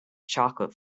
chocolate